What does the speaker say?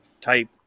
type